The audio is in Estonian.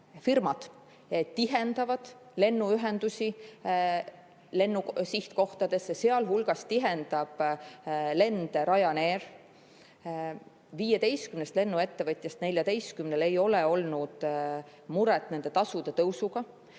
Lennufirmad tihendavad lennuühendusi lennusihtkohtadega, sealhulgas tihendab lende Ryanair. 15 lennuettevõtjast 14-l ei ole olnud muret nende tasude tõusuga.